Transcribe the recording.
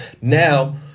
now